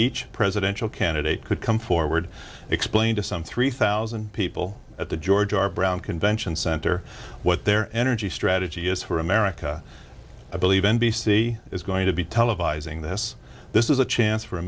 each presidential candidate could come forward explain to some three thousand people at the george r brown convention center what their energy strategy is for america i believe n b c is going to be televising this this is a chance for